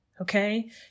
Okay